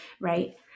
Right